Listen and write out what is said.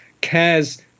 cares